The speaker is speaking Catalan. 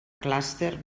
clúster